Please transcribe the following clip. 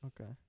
Okay